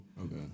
Okay